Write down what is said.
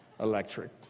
electric